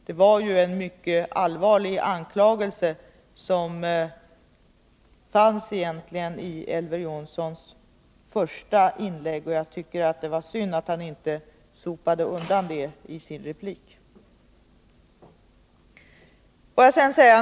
Det var egentligen en mycket allvarlig anklagelse som fanns i Elver Jonssons första inlägg, och jag tycker att det var synd att han inte sopade undan den i sin replik.